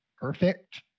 perfect